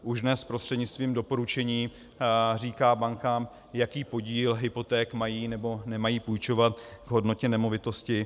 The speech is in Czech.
Už dnes prostřednictvím doporučení říká bankám, jaký podíl hypoték mají nebo nemají půjčovat k hodnotě nemovitosti.